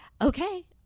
okay